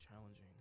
challenging